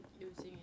using